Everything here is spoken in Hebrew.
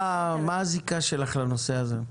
מה הזיקה שלך לנושא הזה?